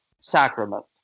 sacrament